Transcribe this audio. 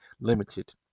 limited